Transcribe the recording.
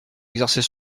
exercer